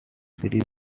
series